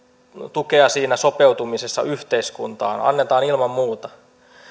tukea siinä sopeutumisessa yhteiskuntaan annetaan ilman muuta